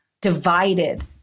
divided